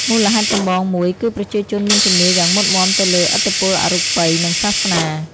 មូលហេតុចម្បងមួយ គឺប្រជាជនមានជំនឿយ៉ាងមុតមាំទៅលើ ឥទ្ធិពលអរូបី និងសាសនា។